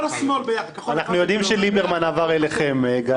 אנחנו יודעים שליברמן עבר אליכם, גדי.